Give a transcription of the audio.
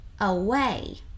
away